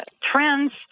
trends